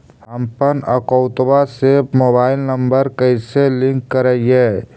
हमपन अकौउतवा से मोबाईल नंबर कैसे लिंक करैइय?